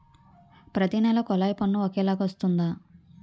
ప్రతి నెల కొల్లాయి పన్ను ఒకలాగే వస్తుందా?